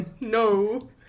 No